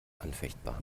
anfechtbar